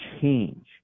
change